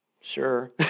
sure